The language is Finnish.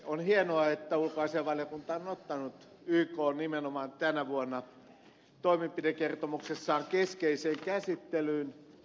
on hienoa että ulkoasiainvaliokunta on ottanut ykn nimenomaan tänä vuonna toimenpidekertomuksessaan keskeiseen käsittelyyn